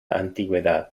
antigüedad